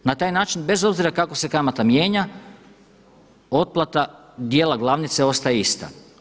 Na taj način bez obzira kako se kamata mijenja otplata dijela glavnice ostaje ista.